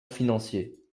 financier